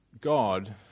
God